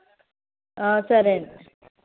సరే అండి